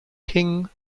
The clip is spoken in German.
king